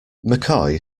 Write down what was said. mccoy